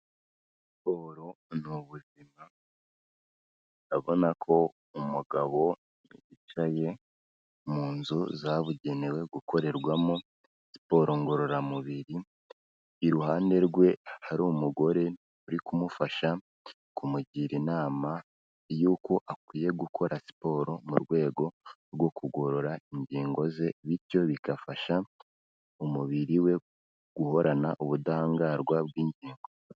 Siporo ni ubuzima. Ubona ko umugabo yicaye mu nzu zabugenewe gukorerwamo siporo ngororamubiri. Iruhande rwe hari umugore uri kumufasha kumugira inama yuko akwiye gukora siporo mu rwego rwo kugorora ingingo ze, bityo bigafasha umubiri we guhorana ubudahangarwa bw'ingingo.